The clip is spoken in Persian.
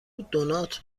دونات